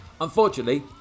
Unfortunately